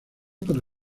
para